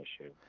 issue